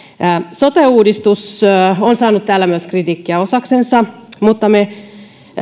sote uudistus on saanut täällä myös kritiikkiä osaksensa mutta me